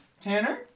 tanner